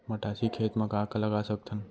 मटासी खेत म का का लगा सकथन?